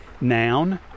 noun